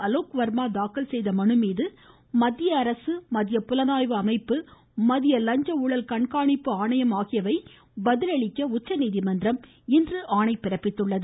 அலோக் வர்மா தாக்கல் செய்த மனு மீது மத்திய அரசு மத்திய புலனாய்வு அமைப்பு மத்திய லஞ்ச ஊழல் கண்காணிப்பு ஆணையம் பதிலளிக்க உச்சநீதிமன்றம் ஆகியவை இன்று ஆணையிட்டுள்ளது